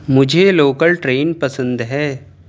مجھے local train پسند ہے